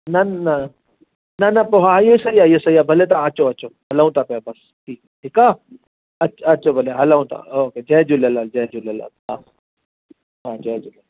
न न न न पोइ हा इहे सई इहे सई आहे भले तव्हां अचो अचो हलूं था पिया बसि ठीकु आहे ठीकु आहे अच अचो भले हलूं था ओके जय झूलेलाल जय झूलेलाल हा हा जय झूलेलाल